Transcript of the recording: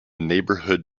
neighborhood